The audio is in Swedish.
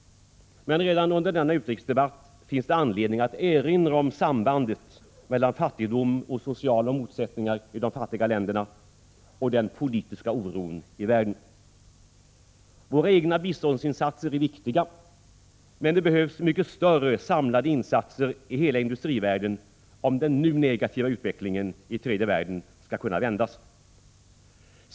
Men redan under denna utrikesdebatt finns det anledning att erinra om sambandet mellan fattigdom och sociala motsättningar i de fattiga länderna och den politiska oron i världen. Våra egna biståndsinsatser är viktiga, men det behövs mycket större, samlade insatser av hela industrivärlden, om den nu negativa utvecklingen i tredje världen skall kunna vändas.